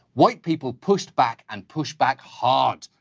white people pushed back and pushed back hard.